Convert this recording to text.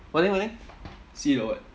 what thing what thing see got what